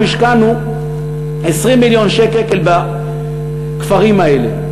אנחנו השקענו 20 מיליון שקל בכפרים האלה.